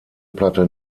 platte